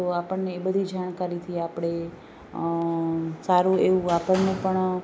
તો આપણને એ બધી જાણકારીથી આપણે સારું એવું આપણને પણ